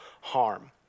harm